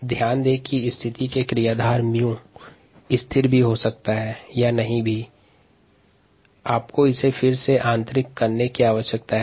rxμx कुछ स्थितिनुसार म्यू 𝜇 स्थिरांक भी हो सकता है